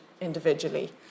individually